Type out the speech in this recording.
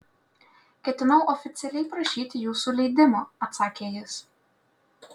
ketinau oficialiai prašyti jūsų leidimo atsakė jis